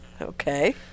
Okay